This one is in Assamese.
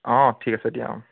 অঁ ঠিক আছে দিয়া